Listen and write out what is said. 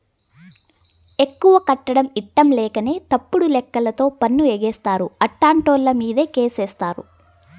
ఎక్కువ కట్టడం ఇట్టంలేకనే తప్పుడు లెక్కలతో పన్ను ఎగేస్తారు, అట్టాంటోళ్ళమీదే కేసేత్తారు